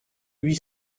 huit